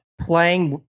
playing